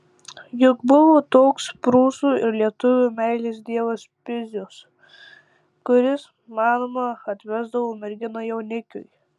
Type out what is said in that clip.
juk buvo toks prūsų ir lietuvių meilės dievas pizius kuris manoma atvesdavo merginą jaunikiui